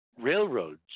railroads